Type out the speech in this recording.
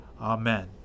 Amen